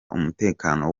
umutekano